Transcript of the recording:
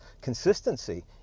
consistency